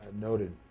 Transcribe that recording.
noted